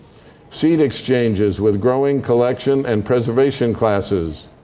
seed exchanges with growing collection and preservation classes.